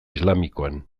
islamikoan